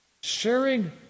sharing